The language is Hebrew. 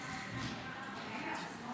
בעד.